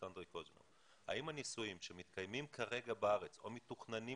האם הנישואים שמתקיימים כרגע בארץ או מתוכננים